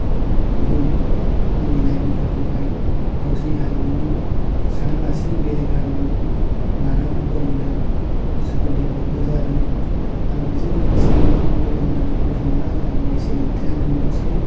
गुबुन जोंनि लाइमोनफोरखौहाय गावसोरनि हारिमुनि सानालासेनो बेलेग हारिमुखौ लानोबो फोरोंदों सोरबा देभ्लपबो जादों आरो बेजों लोगोसेनो गुबुन बेलेग मानसिफोरखौ थुलुंगा होदों दि सोलोंथायानो मोनसे